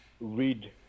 read